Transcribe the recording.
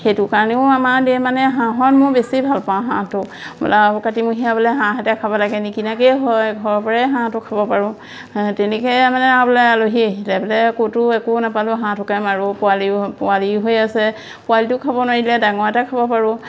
সেইটো কাৰণেও আমাৰ দিয়ে মানে হাঁহত মোৰ বেছি ভাল পাওঁ হাঁহটো বোলা কাটিমহীয়া বোলে হাঁহে খাব লাগে নিকিনাকেই হয় ঘৰৰ পৰাই হাঁহটো খাব পাৰোঁ তেনেকে মানে বোলে আলহী আহিলে বোলে ক'তো একো নাপালোঁ হাঁহটোকে মাৰোঁ পোৱালি পোৱালি হৈ আছে পোৱালিটো খাব নোৱাৰিলে ডাঙৰ এটা খাব পাৰোঁ